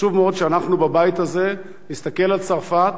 חשוב מאוד שאנחנו בבית הזה נסתכל על צרפת,